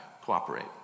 cooperate